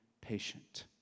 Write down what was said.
patient